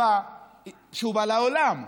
שבה הוא בא לעולם,